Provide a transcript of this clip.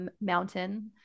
mountain